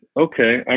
okay